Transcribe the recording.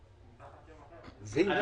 ואני לא רואה שום סיבה,